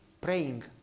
praying